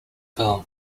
film